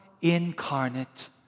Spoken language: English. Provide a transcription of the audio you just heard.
incarnate